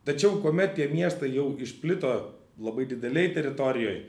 tačiau kuomet tie miestai jau išplito labai didelėj teritorijoj